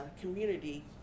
community